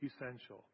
essential